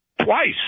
twice